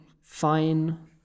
fine